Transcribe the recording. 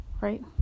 right